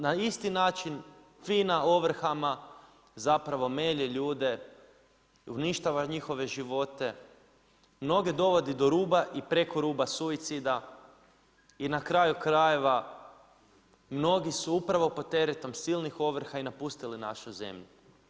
Na isti način FINA ovrhama zapravo melje ljude, uništava njihove živote, mnoge dovodi do ruba i preko ruba suicida i na kraju krajeva, mnogi su upravo pod teretom silnih ovrha i napustila našu zemlju.